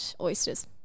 oysters